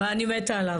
אבל אני מתה עליו.